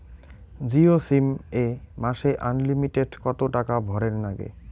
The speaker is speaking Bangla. জিও সিম এ মাসে আনলিমিটেড কত টাকা ভরের নাগে?